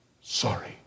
Sorry